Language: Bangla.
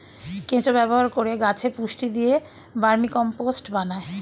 কেঁচো ব্যবহার করে গাছে পুষ্টি দিয়ে ভার্মিকম্পোস্ট বানায়